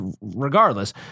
regardless